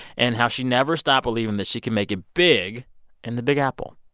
and how she never stopped believing that she could make it big in the big apple.